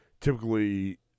typically